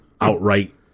outright